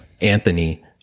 Anthony